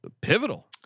pivotal